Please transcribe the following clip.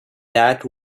that